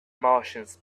martians